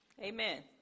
amen